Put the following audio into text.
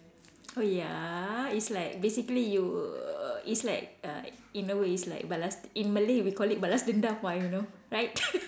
oh ya it's like basically you it's like uh in a way it's like balas in Malay we call it balas dendam why you know right